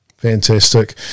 Fantastic